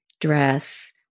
dress